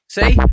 See